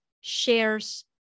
shares